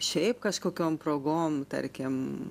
šiaip kažkokiom progom tarkim